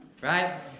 Right